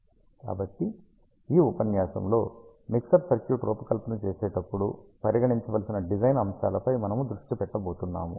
కాబట్టి ఈ ఉపన్యాసములో మిక్సర్ సర్క్యూట్ రూపకల్పన చేసేటప్పుడు పరిగణించవలసిన డిజైన్ అంశాలపై మనము దృష్టి పెట్టబోతున్నాము